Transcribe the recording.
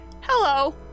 hello